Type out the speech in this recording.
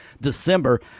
December